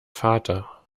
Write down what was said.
vater